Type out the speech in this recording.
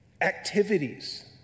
activities